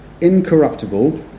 incorruptible